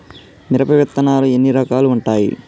మిరప విత్తనాలు ఎన్ని రకాలు ఉంటాయి?